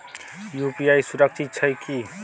UPI सुरक्षित छै की?